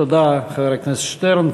תודה, חבר הכנסת שטרן.